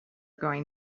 going